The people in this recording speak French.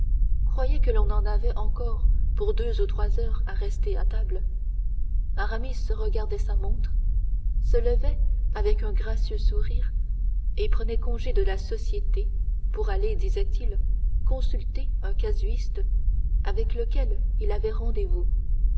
croyait que l'on en avait encore pour deux ou trois heures à rester à table aramis regardait sa montre se levait avec un gracieux sourire et prenait congé de la société pour aller disait-il consulter un casuiste avec lequel il avait rendez-vous